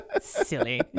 Silly